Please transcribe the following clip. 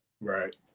right